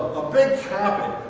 a big happening